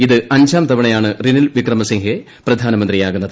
ഇത് അഞ്ചാം തവണയാണ് റിനിൽ വിക്രമസിങ്കെ പ്രധാനമന്ത്രിയാകുന്നത്